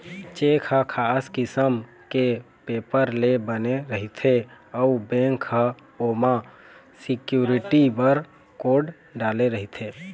cheque ह खास किसम के पेपर ले बने रहिथे अउ बेंक ह ओमा सिक्यूरिटी बर कोड डाले रहिथे